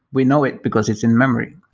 we know it because it's in-memory.